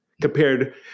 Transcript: Compared